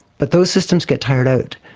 but those systems get tired out.